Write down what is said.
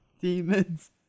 Demons